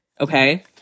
okay